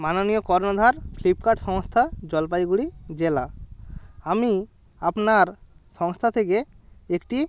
মাননীয় কর্ণধার ফ্লিপকার্ট সংস্থা জলপাইগুড়ি জেলা আমি আপনার সংস্থা থেকে একটি